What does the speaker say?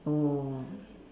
oh